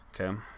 Okay